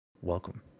Welcome